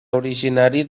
originari